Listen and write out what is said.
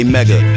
Mega